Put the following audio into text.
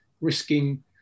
risking